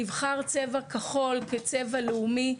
נבחר צבע כחול כצבע לאומי,